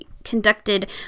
conducted